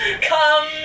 Come